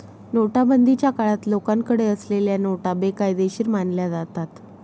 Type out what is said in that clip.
नोटाबंदीच्या काळात लोकांकडे असलेल्या नोटा बेकायदेशीर मानल्या जातात